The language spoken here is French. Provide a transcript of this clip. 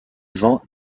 vents